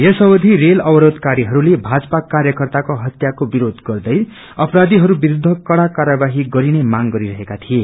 यस अवधि रेल अवरोधकारीहरूले भाजपा कार्यकर्ताको हत्याको विरोध गर्दै अपरघीहरू विरूद्व कड़ा कार्यवाही गरिने मांग गरिरहेका थिए